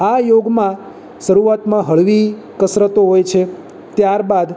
આ યોગમાં રૂઆતમાં હળવી કસરતો હોય છે ત્યારબાદ